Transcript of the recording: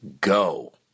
go